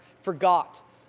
forgot